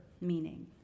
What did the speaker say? meaning